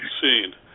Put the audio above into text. seen